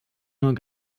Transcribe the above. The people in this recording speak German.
nur